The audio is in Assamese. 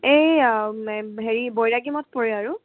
এই হেৰি বৈৰাগীমঠ পৰে আৰু